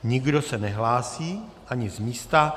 Nikdo se nehlásí, ani z místa.